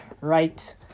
right